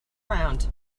around